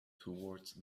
toward